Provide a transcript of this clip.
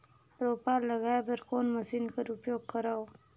रोपा लगाय बर कोन मशीन कर उपयोग करव?